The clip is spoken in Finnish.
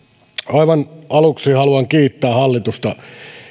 aivan aluksi haluan kiittää hallitusta